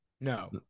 No